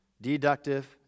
Deductive